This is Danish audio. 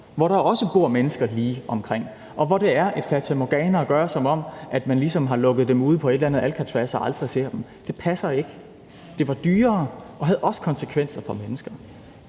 hvor der også bor mennesker lige omkring, og hvor det er et fatamorgana at lade, som om at man ligesom så har lukket de mennesker inde ude på et eller andet Alcatraz og aldrig ser dem. Det passer ikke. Det var dyrere og havde også konsekvenser for mennesker.